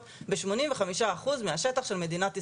בשמונים וחמישה אחוז מהשטח של מדינת ישראל.